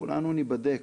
כולנו ניבדק,